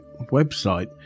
website